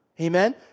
Amen